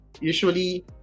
usually